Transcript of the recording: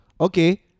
okay